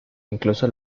incluso